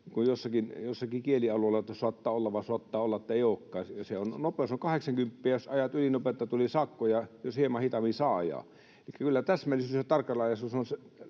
jossakin kielialueella, että ”suattaa olla, vuan suattaa olla, ettei ookkaan”. Se nopeus on kahdeksankymppiä, ja jos ajat ylinopeutta, tulee sakkoja, jos hieman hitaammin, saa ajaa. Kyllä täsmällisyys ja tarkkarajaisuus